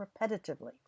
repetitively